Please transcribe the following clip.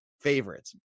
favorites